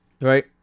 Right